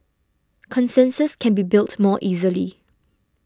consensus can be built more easily